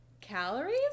Calories